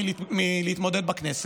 מלהתמודד בכנסת,